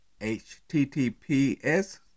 https